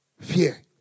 fear